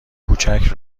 کوچک